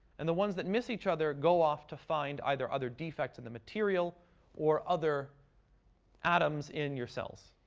and the ones that miss each other go off to find either other defects in the material or other atoms in your cells.